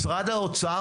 משרד האוצר,